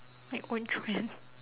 my own trend